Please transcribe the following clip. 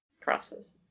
process